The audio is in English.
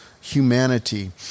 humanity